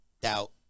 doubt